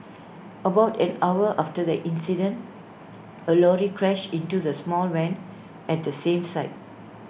about an hour after the incident A lorry crashed into the small van at the same site